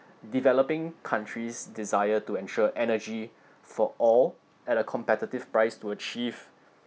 developing countries' desire to ensure energy for all at a competitive price to achieve